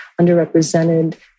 underrepresented